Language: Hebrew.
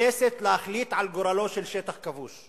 לכנסת להחליט על גורלו של שטח כבוש,